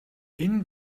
энэ